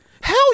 Hell